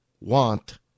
want